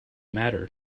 matter